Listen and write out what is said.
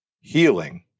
healing